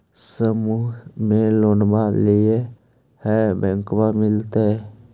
समुह मे लोनवा लेलिऐ है बैंकवा मिलतै?